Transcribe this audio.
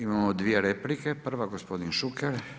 Imamo dvije replike, prva gospodin Šuker.